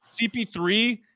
CP3